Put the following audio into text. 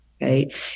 right